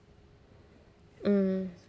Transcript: mm